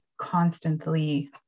constantly